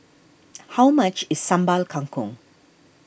how much is Sambal Kangkong